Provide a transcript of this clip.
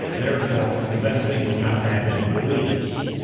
therefore, the best thing is not to have any beliefs.